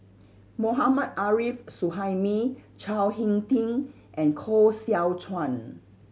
Mohammad Arif Suhaimi Chao Hick Tin and Koh Seow Chuan